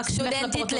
רק שם לפרוטוקול.